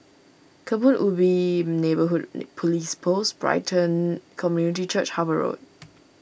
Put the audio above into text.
Kebun Ubi Neighbourhood Police Post Brighton Community Church Harper Road